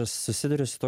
susiduriu su tuo